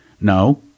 No